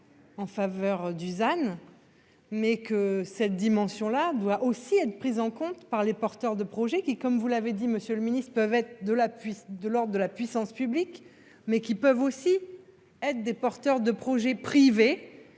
En faveur Dusan. Mais que cette dimension-là doit aussi être pris en compte par les porteurs de projets qui, comme vous l'avez dit, monsieur le Ministre peuvent être de l'appui de l'Ordre de la puissance publique mais qui peuvent aussi être des porteurs de projet privés